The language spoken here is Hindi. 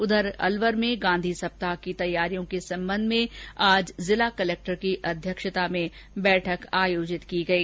इधर अलवर में गांधी सप्ताह की तैयारियों के संबंध में आज जिला कलेक्टर की अध्यक्षता में बैठक आयोजित की गई